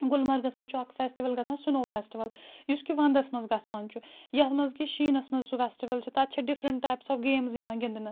گُلمٔرگَس منٛز چھُ اَکھ فؠسٹِوَل گَسان سنو فؠسٹِوَل یُس کہِ وَنٛدس منز گَسان چھُ یَتھ منز کہِ شیٖنَس منز سُہ فؠسٹِوَل تَتھ چھِ ڈِفرَنٹ ٹایپس آف گیمٕز یِوان گِنٛدنہِ